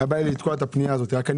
בא לי לתקוע את הפנייה הזאת; אבל רק בגלל